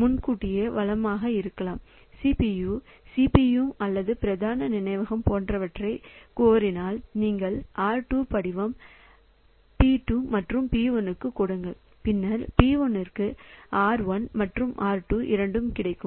முன்கூட்டியே வளமாக இருந்தால் சிபியு சிபியு அல்லது பிரதான நினைவகம் போன்றவற்றைக் கூறினால் நீங்கள் R2 படிவம் P2 மற்றும் P1 க்கு கொடுங்கள் பின்னர் P1 க்கு R1 மற்றும் R2 இரண்டும் கிடைக்கும்